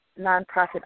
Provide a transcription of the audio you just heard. Nonprofit